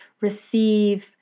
receive